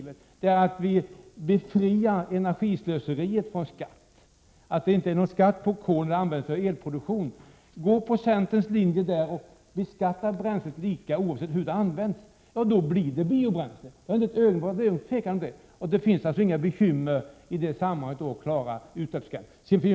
Vi befriar energislöseriet från skatt genom att det inte är någon skatt på kol när det används för elproduktion. Gå på centerns linje där och beskatta bränslet lika, oavsett hur det används. Då blir det biobränsle, det är ingen tvekan om det. Det finns alltså inga bekymmer i det sammanhanget.